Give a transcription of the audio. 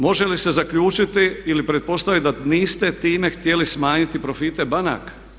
Može li se zaključiti ili pretpostaviti da niste time htjeli smanjiti profite banaka?